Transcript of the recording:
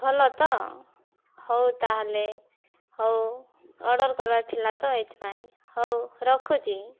ଭଲ ତ ହେଉ ତା'ହେଲେ ହେଉ ଅର୍ଡ଼ର କରିବାର ଥିଲା ତ ଏଥିପାଇଁ ହେଉ ରଖୁଛି